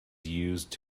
used